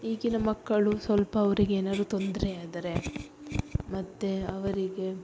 ಈಗಿನ ಮಕ್ಕಳು ಸ್ವಲ್ಪ ಅವರಿಗೇನಾರು ತೊಂದರೆ ಆದರೆ ಮತ್ತು ಅವರಿಗೆ